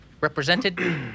Represented